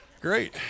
Great